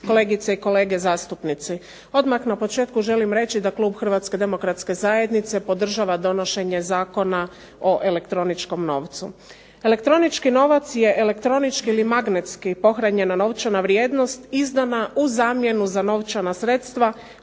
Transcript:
kolegice i kolege zastupnici. Odmah na početku želim reći da Klub Hrvatske demokratske zajednice podržava donošenje Zakona o elektroničkom novcu. Elektronički novac je elektronički ili magnetski pohranjena novčana vrijednost izdana u zamjenu za novčana sredstva